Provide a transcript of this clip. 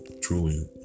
truly